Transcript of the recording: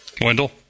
Wendell